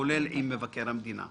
כולל עם מבקר המדינה.